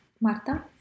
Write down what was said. Marta